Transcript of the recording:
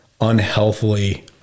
unhealthily